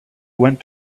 went